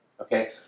okay